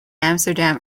amsterdam